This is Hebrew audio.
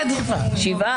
מי נמנע?